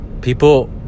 people